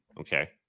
Okay